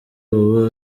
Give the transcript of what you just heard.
ubu